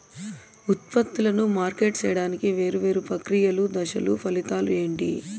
ఉత్పత్తులను మార్కెట్ సేయడానికి వేరువేరు ప్రక్రియలు దశలు ఫలితాలు ఏంటి?